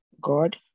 God